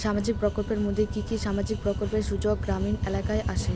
সামাজিক প্রকল্পের মধ্যে কি কি সামাজিক প্রকল্পের সুযোগ গ্রামীণ এলাকায় আসে?